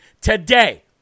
today